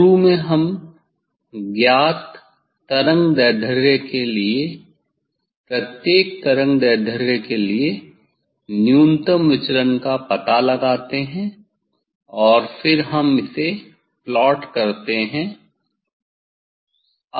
शुरू में हम ज्ञात तरंगदैर्ध्य के लिए प्रत्येक तरंगदैर्ध्य के लिए न्यूनतम विचलन का पता लगाते हैं और फिर हम इसे प्लॉट करेंगे